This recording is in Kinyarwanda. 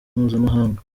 mpuzamahanga